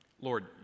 Lord